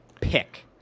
Pick